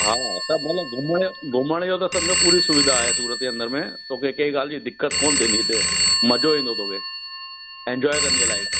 हा स मतिलब घुमण जो घुमण जो त सम्झो पूरी सुविधा आहे सूरत जे अंदरि में तोखे कंहिं ॻाल्हि जी दिकत कोन्ह थींदी हिते मज़ो ईंदो तोखे एन्जॉय कंदीअ लाइफ